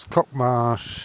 Cockmarsh